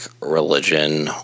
religion